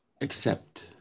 accept